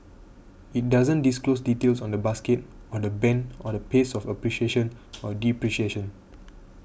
it doesn't disclose details on the basket or the band or the pace of appreciation or depreciation